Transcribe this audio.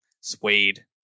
Suede